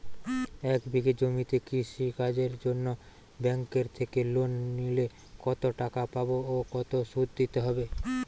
এক বিঘে জমিতে কৃষি কাজের জন্য ব্যাঙ্কের থেকে লোন নিলে কত টাকা পাবো ও কত শুধু দিতে হবে?